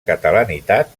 catalanitat